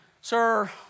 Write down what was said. Sir